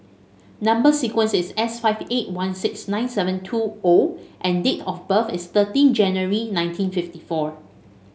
number sequence is S five eight one six nine seven two O and date of birth is thirteen January nineteen fifty four